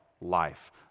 life